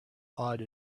awed